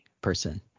person